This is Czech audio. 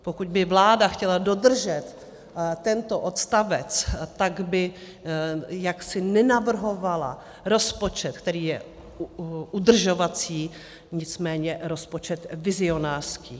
Pokud by vláda chtěla dodržet tento odstavec, tak by nenavrhovala rozpočet, který je udržovací, nicméně rozpočet vizionářský.